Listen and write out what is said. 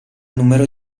numero